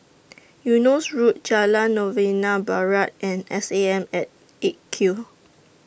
Eunos Road Jalan Novena Barat and S A M At eight Q